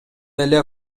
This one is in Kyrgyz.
эле